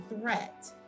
threat